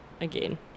again